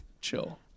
Chill